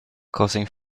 causing